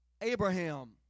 Abraham